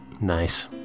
Nice